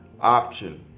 option